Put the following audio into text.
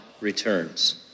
returns